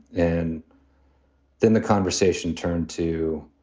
and then the conversation turned to,